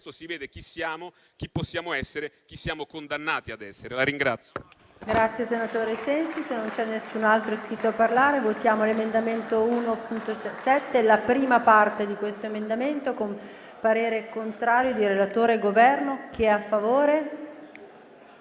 si vede chi siamo, chi possiamo essere, chi siamo condannati ad essere.